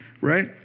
Right